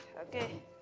Okay